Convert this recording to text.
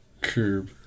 curb